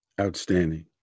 Outstanding